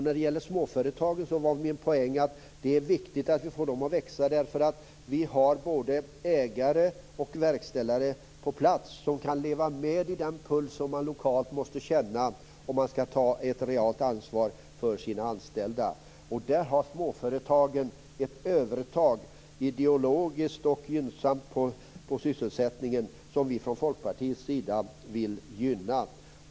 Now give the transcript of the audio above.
När det gäller småföretagen var min poäng att det är viktigt att vi får dem att växa. Vi har ägare och verkställare på plats som kan leva med i den puls som man lokalt måste känna om man skall ta ett reellt ansvar för sina anställda. Där har småföretagen ett ideologiskt övertag som är gynnsamt på sysselsättningen. Det vill vi i Folkpartiet gynna.